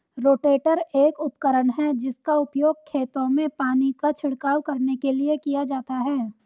rotator एक उपकरण है जिसका उपयोग खेतों में पानी का छिड़काव करने के लिए किया जाता है